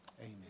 Amen